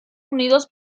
unidos